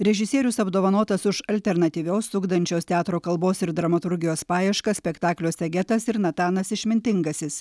režisierius apdovanotas už alternatyvios ugdančios teatro kalbos ir dramaturgijos paieškas spektakliuose getas ir natanas išmintingasis